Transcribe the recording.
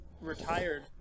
retired